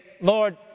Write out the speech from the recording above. Lord